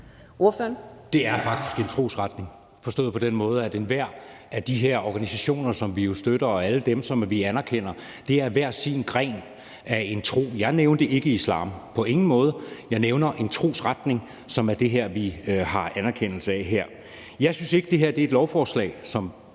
Det er faktisk en trosretning forstået på den måde, at enhver af de her organisationer, som vi jo støtter, og alle dem, som vi anerkender, er hver sin gren af en tro. Jeg nævnte ikke islam – på ingen måde. Jeg nævner en trosretning, som er det, vi har anerkendelse af her. Jeg synes ikke, at det er et beslutningsforslag, som